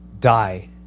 die